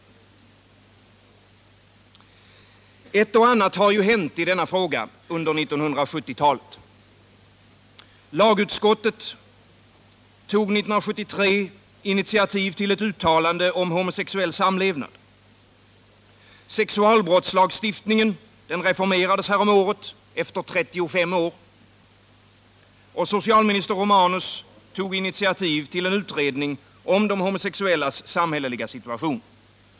Ett och annat har ju hänt i denna fråga under 1970-talet. Lagutskottet tog 1973 initiativ till ett uttalande om homosexuell samlevnad, sexualbrottslagstiftningen reformerades häromåret efter 35 år, och socialminister Romanus tog initiativ till en utredning om de homosexuellas samhälleliga situation.